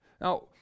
Now